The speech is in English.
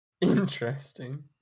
Interesting